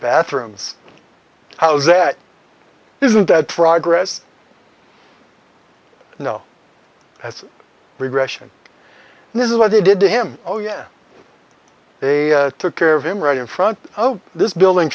bathrooms how's that isn't that progress you know that's regression and this is what they did to him oh yeah they took care of him right in front of this building